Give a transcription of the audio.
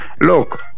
Look